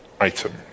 item